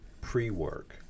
pre-work